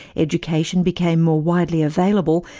education became more widely available,